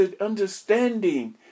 understanding